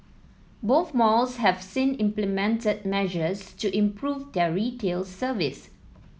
both malls have since implemented measures to improve their retail service